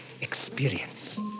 experience